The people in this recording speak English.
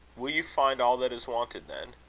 will you find all that is wanted, then?